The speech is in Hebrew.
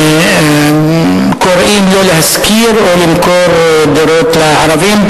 קוראים שלא להשכיר או למכור דירות לערבים.